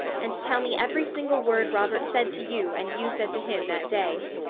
and tell me every single word robert said to you, and you said to him, that day?